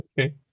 Okay